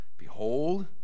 Behold